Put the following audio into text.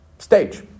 stage